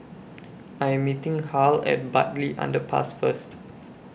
I Am meeting Harl At Bartley Underpass First